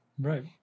Right